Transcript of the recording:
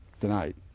tonight